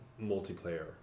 multiplayer